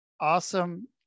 awesome